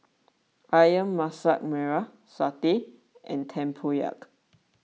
Ayam Masak Merah Satay and Tempoyak